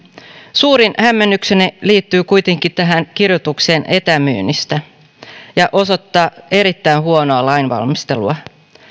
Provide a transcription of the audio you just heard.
suurin hämmennykseni liittyy kuitenkin tähän kirjoitukseen etämyynnistä joka osoittaa erittäin huonoa lainvalmistelua